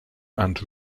and